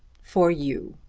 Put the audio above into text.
for you.